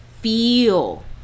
feel